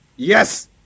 Yes